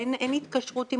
אין התקשרות עם קופת חולים.